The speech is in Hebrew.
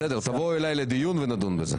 בסדר, תבואו אלי לדיון ונדון בזה.